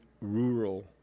Rural